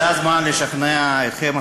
וזה הזמן לשכנע אתכם,